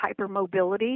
hypermobility